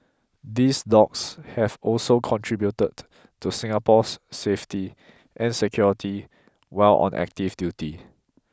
these dogs have also contributed to Singapore's safety and security while on active duty